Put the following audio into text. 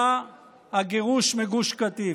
היה הגירוש מגוש קטיף.